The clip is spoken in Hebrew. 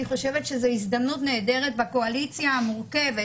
חושבת שזו הזדמנות נהדרת בקואליציה המורכבת